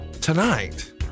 tonight